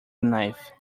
knife